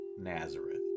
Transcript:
Nazareth